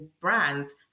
brands